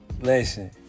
Listen